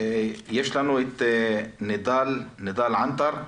יש לנו את נידאל אלענתר?